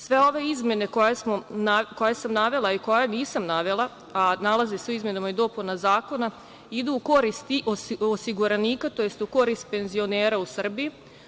Sve ove izmene koje sam navela i koje nisam navela, a nalaze se u izmenama i dopunama zakona, idu u korist osiguranika, tj. u korist penzionera u Srbiji.